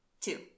Two